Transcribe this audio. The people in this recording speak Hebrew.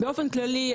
באופן כללי,